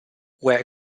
were